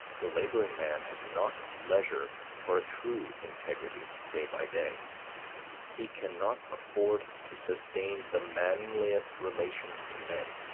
the laboring man has not leisure for a true integrity day by day he cannot afford to sustain the manliest relations to men